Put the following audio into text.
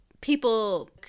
people